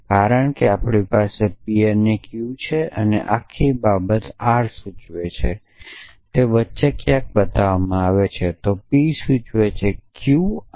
કારણ કે આપણી પાસે P અને Q છે અને આખી બાબત R સૂચવે છે તે વચ્ચે ક્યાંક બતાવવામાં આવી છે તો P સૂચવે છે Q R સૂચવે છે